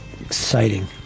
Exciting